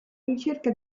ricerca